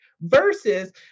versus